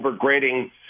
overgrading